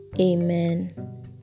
Amen